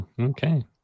okay